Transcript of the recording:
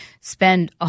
spend